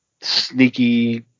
sneaky